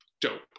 dope